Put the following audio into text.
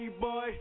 boy